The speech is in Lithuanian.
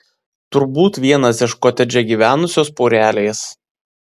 turbūt vienas iš kotedže gyvenusios porelės